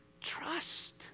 trust